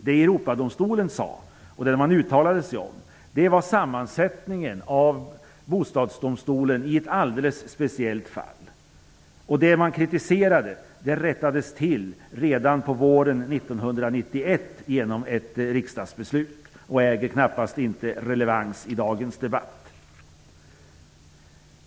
Det Europadomstolen uttalade sig om var sammansättningen av Bostadsdomstolen i ett alldeles speciellt fall. Det man kritiserade rättades till genom ett riksdagsbeslut redan våren 1991. Den kritiken äger knappast relevans i dagens debatt.